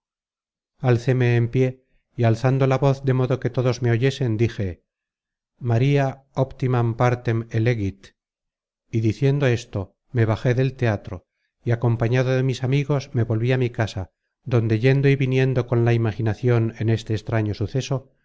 al cuello alcéme en pié y alzando la voz de modo que todos me oyesen dije maria optimam partem elegit y diciendo esto me bajé del teatro y acompañado de mis amigos me volví á mi casa donde yendo y viniendo con la imaginacion en este extraño suceso